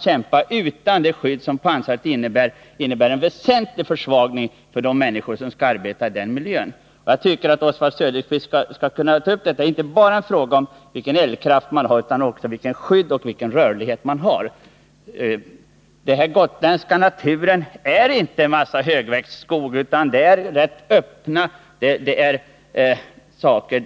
kämpa utan det skydd som pansaret utgör innebär en väsentlig försämring för de människor som skall verka i denna miljö. Jag tycker att Oswald Söderqvist skulle kunna ta upp detta. Det är inte bara en fråga om eldkraft, utan det gäller också vilket skydd och vilken rörlighet man har. Den gotländska naturen består inte av högväxt skog, utan det är en ganska öppen terräng.